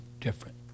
different